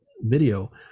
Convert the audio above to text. video